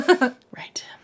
Right